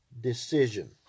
Decision